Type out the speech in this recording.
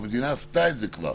המדינה עשתה את זה כבר,